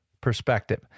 perspective